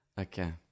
Okay